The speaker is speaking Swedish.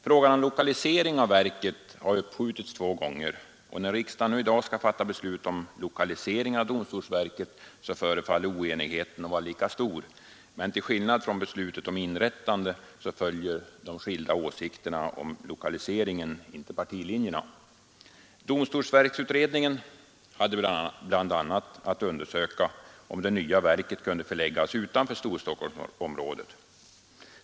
Frågan om lokalisering av verket har uppskjutits två gånger, och när riksdagen i dag skall fatta beslut om denna lokalisering förefaller oenigheten vara lika stor, men till skillnad från beslutet om inrättandet följer de skilda åsikterna om lokaliseringen inte partilinjerna. Domstolsverksutredningen hade bl.a. att undersöka om det nya verket kunde förläggas utanför Storstockholmsområdet.